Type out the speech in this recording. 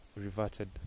reverted